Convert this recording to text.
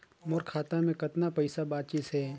मोर खाता मे कतना पइसा बाचिस हे?